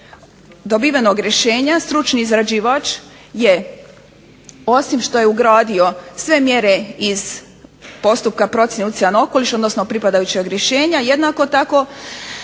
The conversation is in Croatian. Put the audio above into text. dobivenog rješenja stručni izrađivač je osim što je ugradio sve mjere iz postupka procjena utjecaja na okoliš odnosno pripadajućeg rješenja, jednako tako